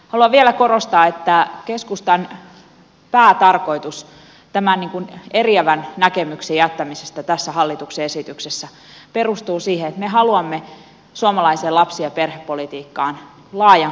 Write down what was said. haluan vielä korostaa että keskustan päätarkoitus tämän eriävän näkemyksen jättämisestä tässä hallituksen esityksessä perustuu siihen että me haluamme suomalaiseen lapsi ja perhepolitiikkaan laajan kokonaisnäkemyksen